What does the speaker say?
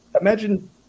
imagine